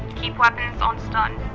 keep weapons on stun.